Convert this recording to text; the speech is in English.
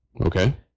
okay